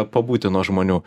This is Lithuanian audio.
pabūti nuo žmonių